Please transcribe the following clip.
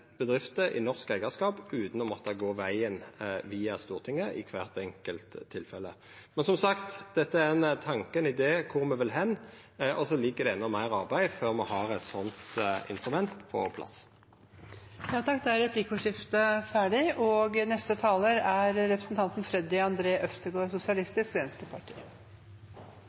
bedrifter i norsk eigarskap utan å måtta gå vegen om Stortinget i kvart enkelt tilfelle. Men som sagt, dette er ein tanke, ein idé om kvar vi vil, og så er det endå meir arbeid før me har eit slikt instrument på plass. Da er replikkordskiftet